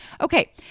Okay